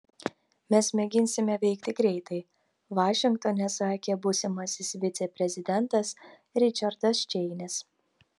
mes mėginsime veikti greitai vašingtone sakė būsimasis viceprezidentas ričardas čeinis